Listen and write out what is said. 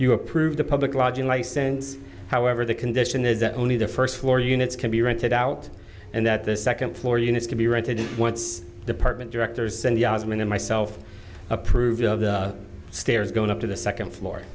you approve the public lodging license however the condition is that only the first floor units can be rented out and that the second floor units can be rented once department directors and yasmin and myself approved of the stairs going up to the second floor